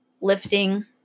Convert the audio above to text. lifting